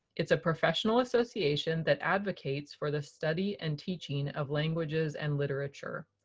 it's a professional association that advocates for the study and teaching of languages and literature.